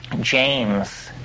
James